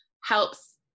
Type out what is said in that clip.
helps